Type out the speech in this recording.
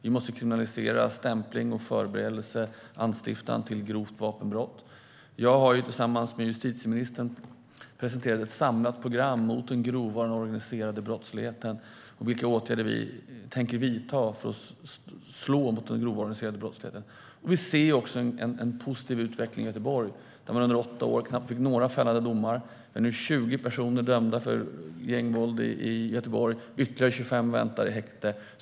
Vi måste kriminalisera stämpling, förberedelse och anstiftan till grovt vapenbrott. Jag har tillsammans med justitieministern presenterat ett samlat program mot den grova och den organiserade brottsligheten och vilka åtgärder vi tänker vidta för att slå mot den grova och den organiserade brottsligheten. Vi ser också en positiv utveckling i Göteborg, där man under åtta år knappt fick några fällande domar. Nu är 20 personer dömda för gängvåld i Göteborg, och ytterligare 25 väntar i häkte.